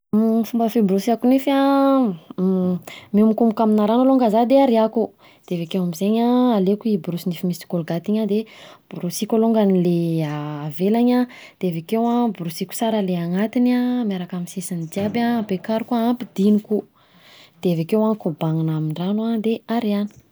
Ny fomba fiborosiako nify an, mihomokomoka aminà rano alonga za de ariako, de avekeo am'zegny an aleko i borosonify misy kôlgaty iny an de borosiko alongany le avelany de avekeo an borosiko tsara le anatiny an miaraka amin'ny sisiny jiaby an ampekariko an, ampidiniko, de avekeo kobanina amin'ny rano de ariàna.